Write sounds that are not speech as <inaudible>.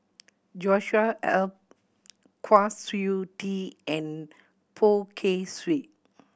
Joshua <unintelligible> Kwa Siew Tee and Poh Kay Swee